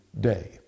day